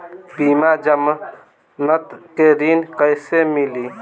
बिना जमानत के ऋण कैसे मिली?